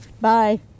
Bye